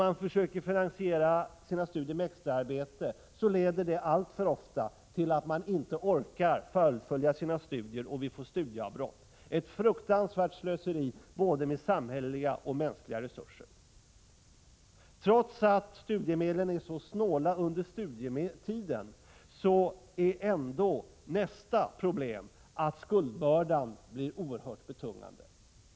man försöker finansiera studierna med extra arbete, leder det alltför ofta till att man inte orkar fullfölja studierna och att man gör ett studieavbrott, ett fruktansvärt slöseri med både samhälleliga och mänskliga resurser. Nästa problem är att, trots att studiemedlen är så snålt tilltagna under studietiden, skuldbördan blir oerhört betungande.